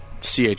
CH